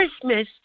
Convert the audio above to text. Christmas